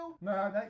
No